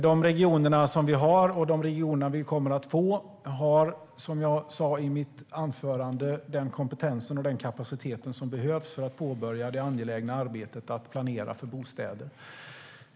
De regioner vi har och de regioner vi kommer att få har, som jag sa tidigare, den kompetens och den kapacitet som behövs för att påbörja det angelägna arbetet att planera för bostäder.